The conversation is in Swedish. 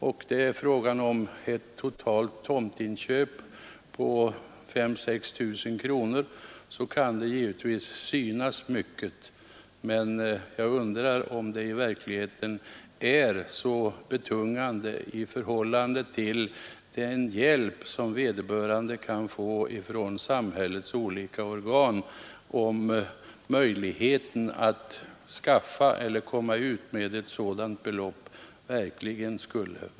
och ett totalt tomtpris på 5 000—6 000 kronor, kan det givetvis synas mycket, men jag undrar om det i verkligheten är så betungande i förhållande till den hjälp vederbörande kan få från samhällets olika organ.